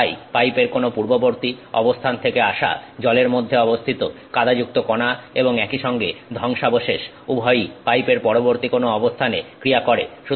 এবং তাই পাইপের কোন পূর্ববর্তী অবস্থান থেকে আসা জলের মধ্যে অবস্থিত কাদাযুক্ত কনা এবং একই সঙ্গে ধ্বংসাবশেষ উভয়ই পাইপের পরবর্তী কোন অবস্থানে ক্রিয়া করো